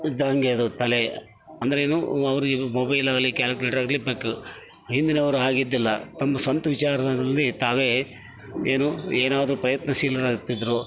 ಇದ್ದಾಗೆ ಅದು ತಲೆ ಅಂದರೇನು ಅವರಿಗೆ ಮೊಬೈಲಾಗಲಿ ಕ್ಯಾಲ್ಕುಲೇಟ್ರಾಗಲಿ ಬೇಕು ಹಿಂದಿನವ್ರ ಹಾಗಿದ್ದಿಲ್ಲ ತಮ್ಮ ಸ್ವಂತ ವಿಚಾರದಲ್ಲಿ ತಾವೆ ಏನು ಏನಾದರು ಪ್ರಯತ್ನಶೀಲರಾಗ್ತಿದ್ದರು